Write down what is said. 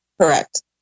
correct